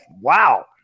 wow